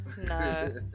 No